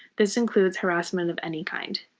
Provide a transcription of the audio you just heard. this includes harassment of any kind.